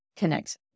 connect